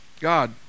God